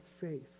faith